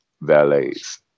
valets